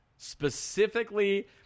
specifically